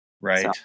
Right